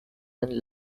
and